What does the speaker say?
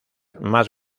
más